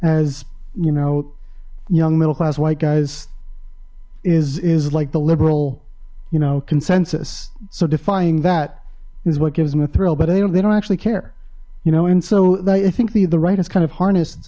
as you know young middle class white guys is is like the liberal you know consensus so defying that is what gives them a thrill but they don't actually care you know and so i think the the right is kind of harnessed